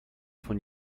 von